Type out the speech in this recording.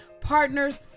partners